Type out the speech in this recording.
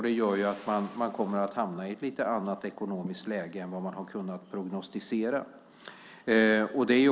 Det gör att man kommer att hamna i ett lite annat ekonomiskt läge än vad man har kunnat prognostisera.